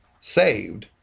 saved